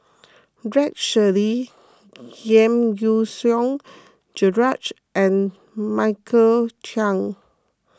Rex Shelley Giam Yean Song Gerald and Michael Chiang